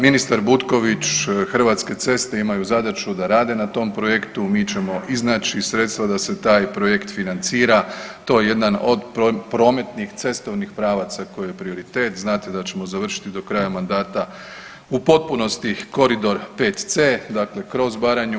Ministar Butković, Hrvatske ceste imaju zadaću da rade na tom projektu, mi ćemo iznaći sredstva da se taj projekt financira, to je jedan od prometnih cestovnih pravaca koji je prioritet, znate da ćemo završit do kraja mandata u potpunosti koridor VC kroz Baranju.